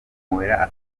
mueller